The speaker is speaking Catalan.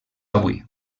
avui